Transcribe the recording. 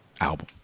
album